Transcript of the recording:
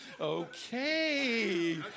Okay